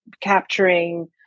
capturing